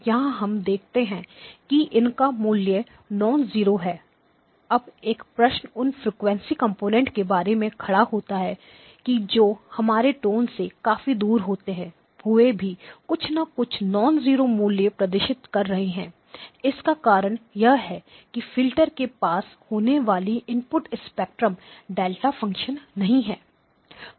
यहां हम देखते हैं कि इनका मूल्य नॉन्जीरो है अब एक प्रश्न उन फ्रीक्वेंसी कंपोनेंट के बारे में खड़ा होता है कि जो हमारे टोन से काफी दूर होते हुए भी कुछ ना कुछ नॉन्जीरो मूल्य प्रदर्शित कर रहे हैं इसका कारण यह है की फिल्टर से पास होने वाली input spectrum input spectrum delta function नहीं